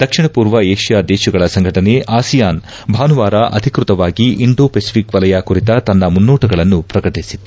ದಕ್ಷಿಣ ಪೂರ್ವ ಏಷ್ಣಾ ದೇಶಗಳ ಸಂಘಟನೆ ಆಸಿಯಾನ್ ಭಾನುವಾರ ಅಧಿಕೃತವಾಗಿ ಇಂಡೋ ಪೆಸಿಫಿಕ್ ವಲಯ ಕುರಿತ ತನ್ನ ಮುನ್ನೋಟಗಳನ್ನು ಪ್ರಕಟಿಸಿತ್ತು